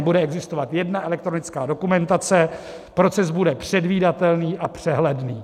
Bude existovat jedna elektronická dokumentace, proces bude předvídatelný a přehledný.